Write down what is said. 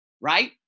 right